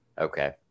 Okay